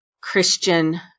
Christian